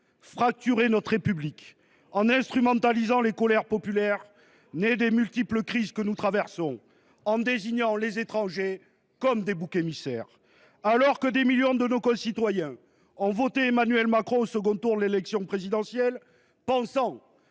fracturé notre République en instrumentalisant les colères populaires nées des multiples crises que nous traversons et en désignant les étrangers comme boucs émissaires. Alors que des millions de nos concitoyens ont voté pour Emmanuel Macron au second tour, pensant